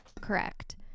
correct